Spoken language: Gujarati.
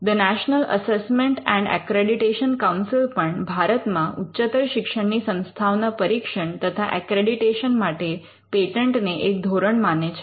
the national assessment and accreditation council પણ ભારતમાં ઉચ્ચતર શિક્ષણની સંસ્થાઓના પરીક્ષણ તથા એક્રેડીટેશન માટે પેટન્ટ ને એક ધોરણ માને છે